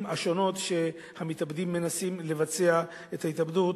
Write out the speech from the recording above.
השונות שהמתאבדים מנסים לבצע בהן את ההתאבדות.